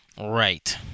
Right